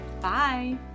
Bye